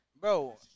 Bro